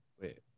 Wait